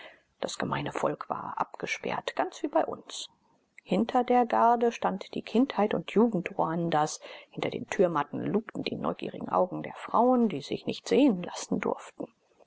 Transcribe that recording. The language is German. das gemeine volk war abgesperrt ganz wie bei uns hinter der garde stand die kindheit und jugend ruandas hinter den türmatten lugten die neugierigen augen der frauen die sich nicht sehen lassen durften